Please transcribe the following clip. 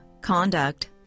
conduct